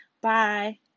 Bye